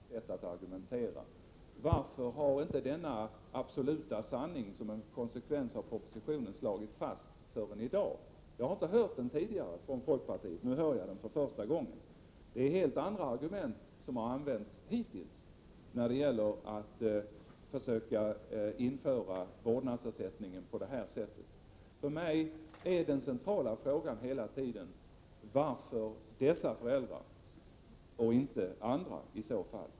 Herr talman! Jag måste uttrycka min stora förvåning över Daniel Tarschys sätt att argumentera. Varför har inte denna absoluta sanning som en konsekvens av propositionen slagits fast förrän i dag? Jag har inte hört den tidigare från folkpartiet. Nu hör jag den för första gången. Det är helt andra argument som har använts hittills när det gällt att försöka införa vårdnadsersättningen på det här sättet. För mig är den centrala frågan hela tiden varför det skall gälla dessa föräldrar och inte andra i så fall.